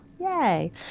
Yay